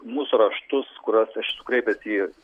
mūsų raštus kuriuos aš nukreipęs į